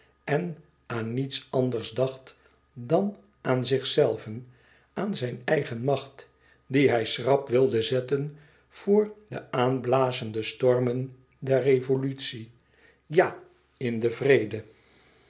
en aan niets anders dacht dan aan zichzelven aan zijn eigen macht die hij schrap wilde zetten voor de aanblazende stormen der revolutie ja in den vrede